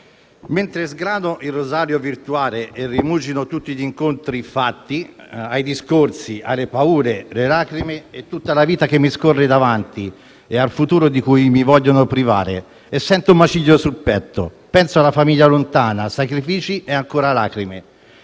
«Mentre sgrano il rosario virtuale e rimugino su tutti gli incontri fatti, sui discorsi, le paure e le lacrime e su tutta la vita che mi scorre davanti e sul futuro di cui mi vogliono privare, sento un macigno sul petto. Penso alla famiglia lontana: sacrifici e ancora lacrime.